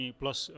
plus